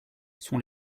sont